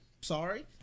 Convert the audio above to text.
Sorry